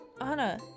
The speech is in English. Anna